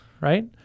Right